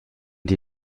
die